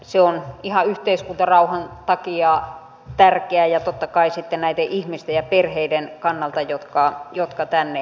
se on ihan yhteiskuntarauhan takia tärkeää ja totta kai sitten näiden ihmisten ja perheiden kannalta jotka tänne tulevat